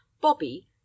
Bobby